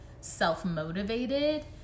self-motivated